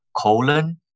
colon